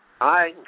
Hi